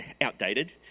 outdated